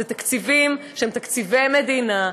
אלה תקציבים שהם תקציבי מדינה,